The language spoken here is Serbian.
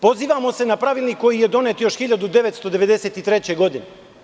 Pozivamo se na Pravilnik koji je donet još 1993. godine.